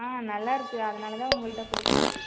நல்லாருக்கு அதனால்தான் உங்கள்ட்கிட்ட குடுக்குறேன்